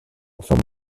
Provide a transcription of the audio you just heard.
from